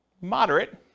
Moderate